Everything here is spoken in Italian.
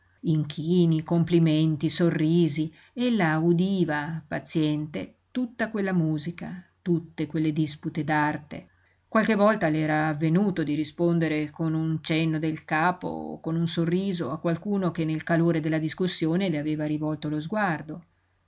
inchini complimenti sorrisi ella udiva paziente tutta quella musica tutte quelle dispute d'arte qualche volta le era avvenuto di rispondere con un cenno del capo o con un sorriso a qualcuno che nel calore della discussione le aveva rivolto lo sguardo